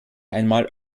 einmal